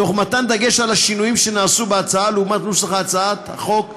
תוך מתן דגש על השינויים שנעשו בהצעה לעומת נוסח הצעת החוק הממשלתית: